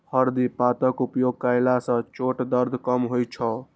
हरदि पातक उपयोग कयला सं चोटक दर्द कम होइ छै